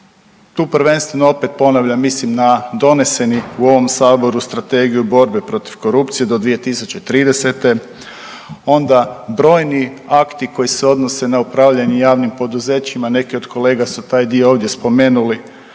Tu prvenstveno opet ponavljam mislim na doneseni u ovom Saboru Strategiju borbe protiv korupcije do 2030. Onda brojni akti koji se odnose na upravljanje javnim poduzećima. Neki od kolega su taj dio ovdje spomenuli,